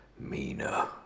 Mina